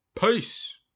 Peace